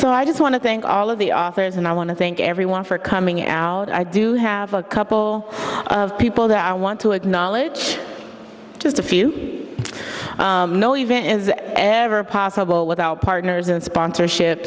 so i just want to thank all of the authors and i want to thank everyone for coming out i do have a couple of people that i want to acknowledge just a few ever possible without partners and sponsorship